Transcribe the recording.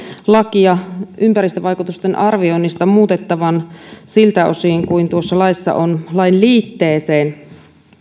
lakia ympäristövaikutusten arvioinnista muutettavan siltä osin kuin tuossa laissa on lain liitteeseen